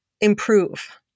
improve